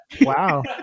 wow